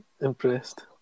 impressed